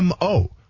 MO